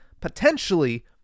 potentially